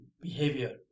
behavior